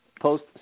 post